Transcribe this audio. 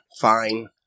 fine